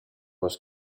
was